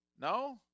No